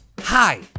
Hi